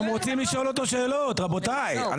גם רוצים לשאול אותו שאלות, רבותיי.